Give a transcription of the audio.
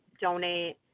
donate